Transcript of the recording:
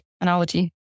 analogy